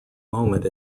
moment